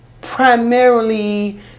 primarily